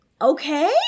okay